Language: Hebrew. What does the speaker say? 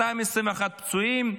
221 פצועים.